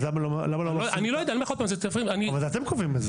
אבל אתם קובעים את זה.